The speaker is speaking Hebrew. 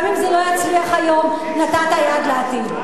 גם אם זה לא יצליח היום, נתת יד לעתיד.